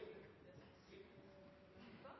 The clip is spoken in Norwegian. si